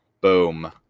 Boom